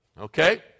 Okay